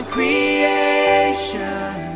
creation